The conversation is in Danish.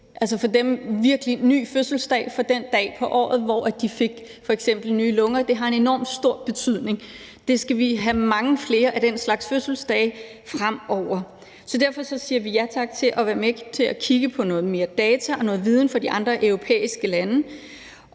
ægte og virkelig ny fødselsdag den dag på året, hvor de f.eks. fik nye lunger. Det har en enormt stor betydning, og vi skal have mange flere af den slags fødselsdage fremover. Så derfor siger vi ja tak til at være med til at kigge på noget mere data og noget viden fra de andre europæiske lande